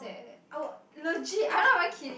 eh I would legit I'm not even kidding